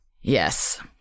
Yes